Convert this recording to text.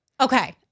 Okay